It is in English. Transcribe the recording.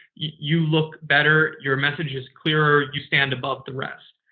you look better, your message is clearer, you stand above the rest.